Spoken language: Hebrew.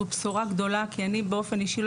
זאת בשורה גדולה כי אני באופן אישי לא